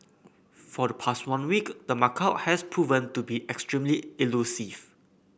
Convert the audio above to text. for the past one week the macaque has proven to be extremely elusive